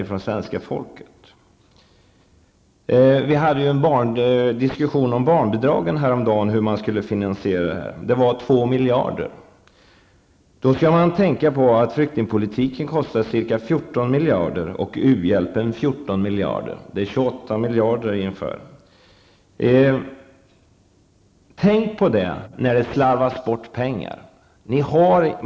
Häromdagen hade vi en diskussion om hur en höjning av barnbidragen skulle finansieras. Det gällde 2 miljarder. Då skall man tänka på att flyktingpolitiken kostar ca 14 miljarder och u-hjälpen 14 miljarder. Det är 28 miljarder. Tänk på det, när det slarvas bort pengar!